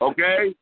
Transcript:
Okay